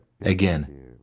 Again